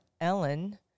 Ellen